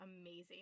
amazing